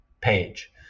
page